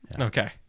Okay